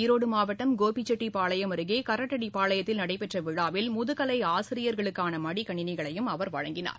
ஈரோடுமாவட்டம் கோபிச்செட்டிபாளையம் அருகேகரட்டடிபாளையத்தில் நடைபெற்றவிழாவில் முதுகலைஆசிரியர்களுக்கானமடிக்கணினிகளையும் அவர் வழங்கினார்